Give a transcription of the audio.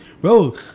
Bro